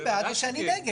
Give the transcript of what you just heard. אני בעד או שאני נגד.